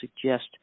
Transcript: suggest